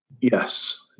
Yes